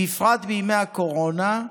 בפרט בימי הקורונה,